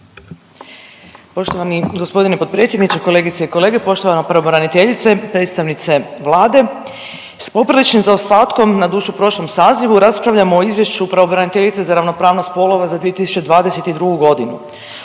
Poštovani gospodine potpredsjedniče, kolegice i kolege, poštovana pravobraniteljice, predstavnice Vlade, s popriličnim zaostatku na dušu prošlom sazivu raspravljamo o Izvješću pravobraniteljice za ravnopravnost spolova za 2022. godinu.